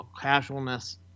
casualness